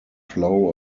flow